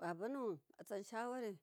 Babanuwun atsanshawari